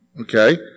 Okay